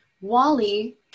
Wally